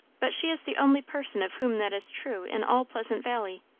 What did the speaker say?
but she is the only person of whom that is true in all pleasant valley.